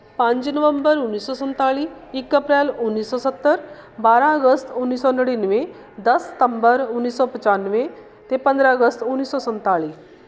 ਪੰਜ ਨਵੰਬਰ ਉੱਨੀ ਸੌ ਸੰਤਾਲੀ ਇੱਕ ਅਪ੍ਰੈਲ ਉੱਨੀ ਸੌ ਸੱਤਰ ਬਾਰ੍ਹਾਂ ਅਗਸਤ ਉੱਨੀ ਸੌ ਨੜਿਨਵੇਂ ਦਸ ਸਤੰਬਰ ਉੱਨੀ ਸੌ ਪਚਾਨਵੇਂ ਅਤੇ ਪੰਦਰਾਂ ਅਗਸਤ ਉੱਨੀ ਸੌ ਸੰਤਾਲੀ